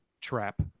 trap